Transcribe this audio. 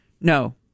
no